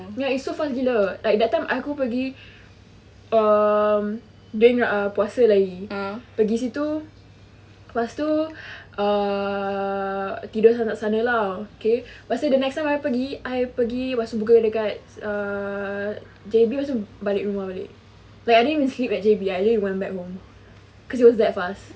ya it's so fast gila like that time aku pergi um dia ingat puasa lagi pergi situ pastu uh tidur kat sana [tau] okay pastu the next time I pergi I pergi pastu burger dekat uh J_B pastu balik rumah balik like I didn't sleep at J_B I only went back home because it was that fast